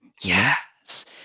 Yes